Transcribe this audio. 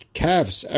calves